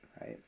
right